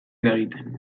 eragiten